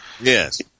Yes